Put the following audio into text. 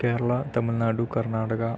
Kerala Tamil Nadu Karnataka